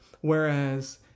Whereas